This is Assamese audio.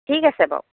ঠিক আছে বাৰু